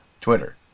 Twitter